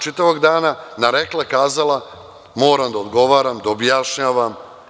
Čitav dan na rekla – kazala moram da odgovaram, objašnjavam.